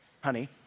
honey